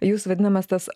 jūsų vadinamas tas